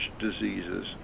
diseases